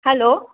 hello